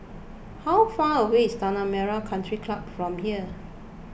how far away is Tanah Merah Country Club from here